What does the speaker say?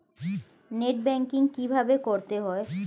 Net banking কীভাবে করতে হয়?